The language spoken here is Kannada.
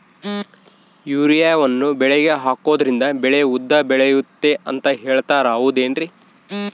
ಯೂರಿಯಾವನ್ನು ಬೆಳೆಗೆ ಹಾಕೋದ್ರಿಂದ ಬೆಳೆ ಉದ್ದ ಬೆಳೆಯುತ್ತೆ ಅಂತ ಹೇಳ್ತಾರ ಹೌದೇನ್ರಿ?